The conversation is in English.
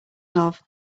love